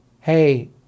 hey